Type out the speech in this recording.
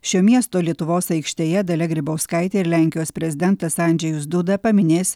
šio miesto lietuvos aikštėje dalia grybauskaitė ir lenkijos prezidentas andžejus duda paminės